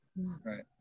right